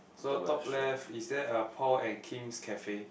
so top left is there a Paul and Kim's cafe